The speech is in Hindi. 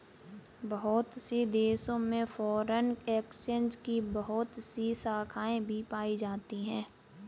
बहुत से देशों में फ़ोरेन एक्सचेंज की बहुत सी शाखायें भी पाई जाती हैं